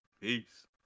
Peace